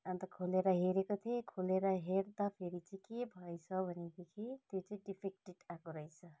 अन्त खोलेर हेरेको थिएँ खोलेर हेर्दाखेरि चाहिँ के भएछ भनेदेखि चाहिँ त्यो चाहिँ डिफेक्टिभ आएको रहेछ